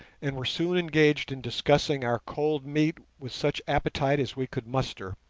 and were soon engaged in discussing our cold meat with such appetite as we could muster,